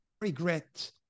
regret